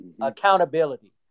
accountability